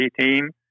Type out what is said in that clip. team